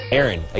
Aaron